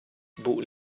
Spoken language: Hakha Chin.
buh